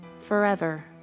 forever